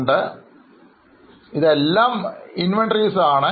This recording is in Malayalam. ഓർക്കുക ഇവയെല്ലാം വ്യത്യസ്തമായ inventories അഥവാ സ്റ്റോക്കുകൾ ആണ്